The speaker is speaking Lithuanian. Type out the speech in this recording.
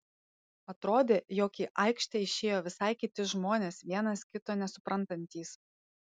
atrodė jog į aikštę išėjo visai kiti žmonės vienas kito nesuprantantys